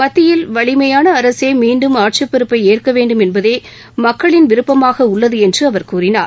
மத்தியில் வலிமையான அரசே மீண்டும் ஆட்சிப் பொறுப்பை ஏற்க வேண்டும் என்பதே மக்களின் விருப்பமாக உள்ளது என்றும் அவர் கூறினார்